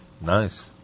Nice